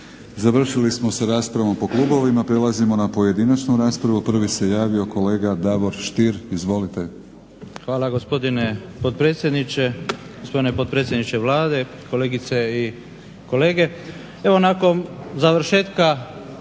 Završili smo sa raspravom po klubovima. Prelazimo na pojedinačnu raspravu. Prvi se javio kolega Davor Stier, izvolite. **Stier, Davor Ivo (HDZ)** Hvala gospodine potpredsjedniče, gospodine potpredsjedniče Vlade, kolegice i kolege. Evo nakon završetka